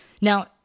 Now